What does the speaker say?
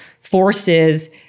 forces